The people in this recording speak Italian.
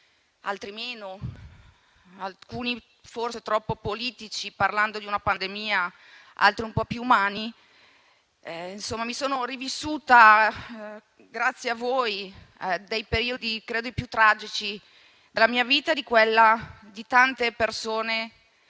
altri meno, alcuni forse troppo politici parlando di una pandemia, altri un po' più umani, ho rivissuto i periodi più tragici della mia vita e di quella di tante persone